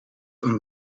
een